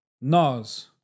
Nas